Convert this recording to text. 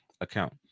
account